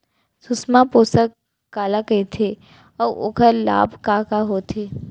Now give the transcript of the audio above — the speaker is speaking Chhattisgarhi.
सुषमा पोसक काला कइथे अऊ ओखर लाभ का का होथे?